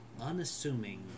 Unassuming